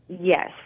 yes